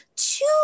Two